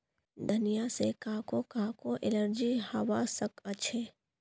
धनिया से काहको काहको एलर्जी हावा सकअछे